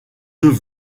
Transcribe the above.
deux